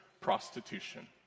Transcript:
prostitution